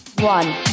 One